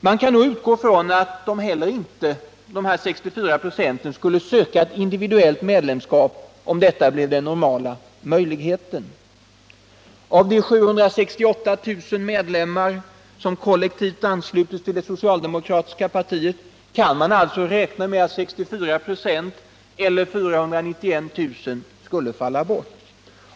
Man kan utgå ifrån att de 64 procenten heller inte skulle söka ett individuellt medlemskap, om detta blev den Nr 43 normala möjligheten. Av de 768 000 medlemmar som kollektivt anslutits till det socialdemokratiska partiet kan man alltså räkna med att 64 96 eller 491 000 skulle falla bort.